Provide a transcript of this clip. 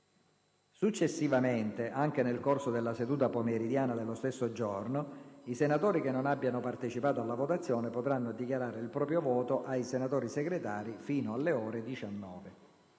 Successivamente, anche nel corso della seduta pomeridiana dello stesso giorno, i senatori che non abbiano partecipato alla votazione potranno dichiarare il proprio voto ai senatori Segretari fino alle ore 19.